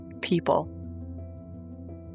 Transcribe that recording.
people